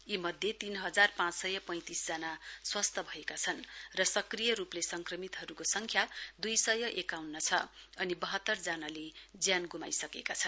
यीमध्ये तीन हजार पाँचसय पैंतिस जना स्वस्थ्य भएका छन् सक्रिय रूपले संक्रमितहरूको संख्या दुई सय एकाउन्न छ अनि बाह्रत्तरले ज्यान गुमाइसकेका छन्